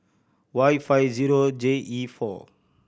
Y five zero J E four